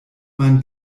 man